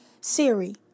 Siri